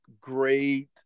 great